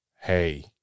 hey